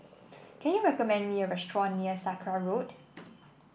can you recommend me a restaurant near Sakra Road